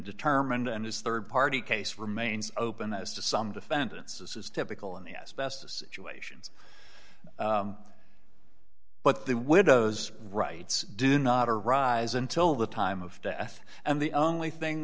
determined and his rd party case remains open as to some defendants this is typical of the asbestos actuations but the widows rights do not a rise until the time of death and the only thing